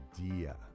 idea